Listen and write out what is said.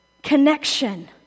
connection